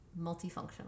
multifunctional